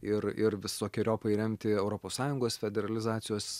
ir ir visokeriopai remti europos sąjungos federalizacijos